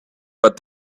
but